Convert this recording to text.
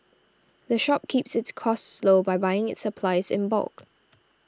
the shop keeps its costs low by buying its supplies in bulk